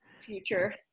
future